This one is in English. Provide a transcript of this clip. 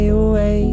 away